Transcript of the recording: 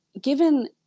given